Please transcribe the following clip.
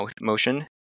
motion